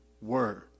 word